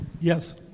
Yes